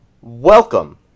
Welcome